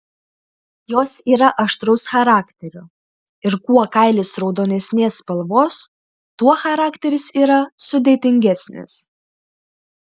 jos yra aštraus charakterio ir kuo kailis raudonesnės spalvos tuo charakteris yra sudėtingesnis